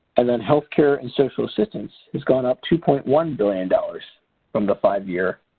and then healthcare and social assistance has gone up two point one billion dollars from the five-year